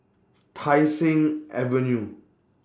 Tai Seng Avenue